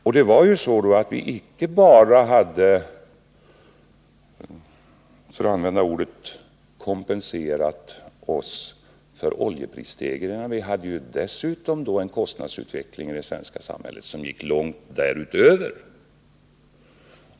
Och det var ju så då att vi hade icke bara, för att använda det ordet, kompenserat oss för oljeprisstegringarna, utan vi hade dessutom i det svenska samhället en kostnadsutveckling som gick långt därutöver.